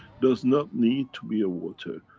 does not need to be a water.